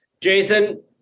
Jason